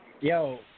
Yo